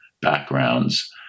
backgrounds